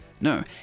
No